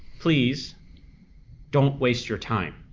please don't waste your time.